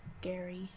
scary